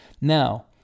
Now